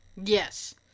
Yes